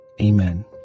Amen